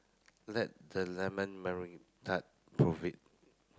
let the lemon tart prove it